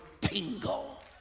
tingle